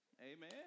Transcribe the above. amen